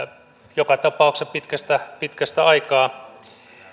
joka tapauksessa pitkästä pitkästä aikaa